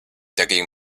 dagegen